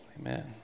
Amen